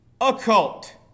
occult